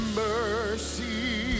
mercy